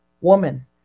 woman